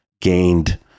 gained